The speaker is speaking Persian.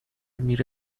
میره